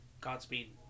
Godspeed